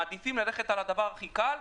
אתם מעדיפים ללכת על הדבר הכי קל,